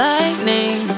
Lightning